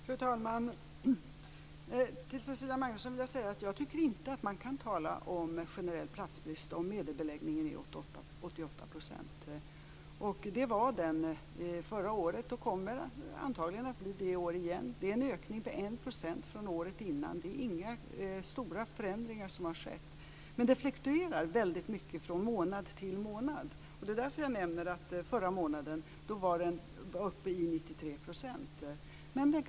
Fru talman! Till Cecilia Magnusson vill jag säga att jag inte tycker att man kan tala om generell platsbrist om medelbeläggningen är 88 %. Det var den förra året, och den kommer antagligen att bli det i år igen. Det är en ökning med 1 % från året innan. Det är inga stora förändringar som har skett. Men det fluktuerar väldigt mycket från månad till månad. Det är därför jag nämner att beläggningen var uppe i 93 % förra månaden.